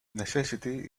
necessity